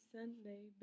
Sunday